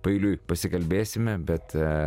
paeiliui pasikalbėsime bet